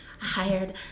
hired